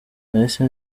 nahise